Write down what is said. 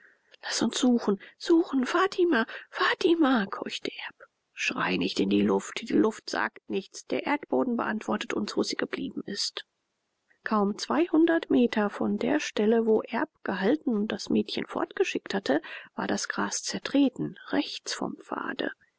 laßt uns suchen suchen fatima fatima keuchte erb schrei nicht in die luft die luft sagt nichts der erdboden beantwortet uns wo sie geblieben ist kaum meter von der stelle wo erb gehalten und das mädchen fortgeschickt hatte war das gras zertreten rechts vom pfade